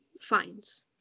finds